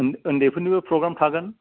ओन ओन्दैफोरनिबो प्रग्राम थागोन